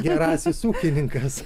gerasis ūkininkas